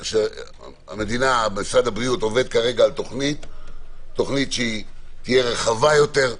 שהמדינה ומשרד הבריאות עובדים על תוכנית רחבה יותר,